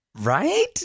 Right